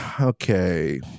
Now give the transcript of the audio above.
okay